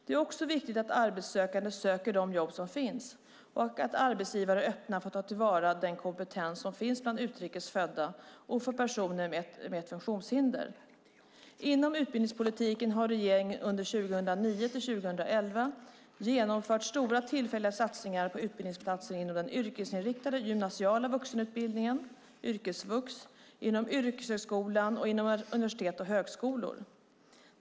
Det är också viktigt att arbetssökande söker de jobb som finns och att arbetsgivare är öppna för att ta till vara den kompetens som utrikes födda och personer med ett funktionshinder besitter. Inom utbildningspolitiken har regeringen under 2009-2011 genomfört stora tillfälliga satsningar på utbildningsplatser inom den yrkesinriktade gymnasiala vuxenutbildningen, yrkesvux, inom yrkeshögskolan och inom universitet och högskolor.